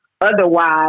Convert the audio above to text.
Otherwise